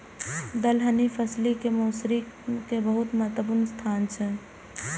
दलहनी फसिल मे मौसरी के बहुत महत्वपूर्ण स्थान छै